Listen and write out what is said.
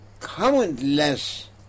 countless